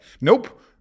nope